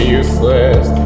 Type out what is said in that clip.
useless